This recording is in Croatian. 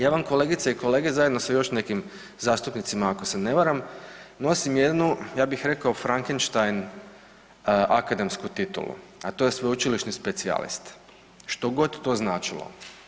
Ja vam, kolegice i kolege, zajedno sa još nekim zastupnicima ako se ne varam, nosim jednu, ja bih rekao Frankenstein akademsku titulu, a to je sveučilišni specijalist, što god to značilo.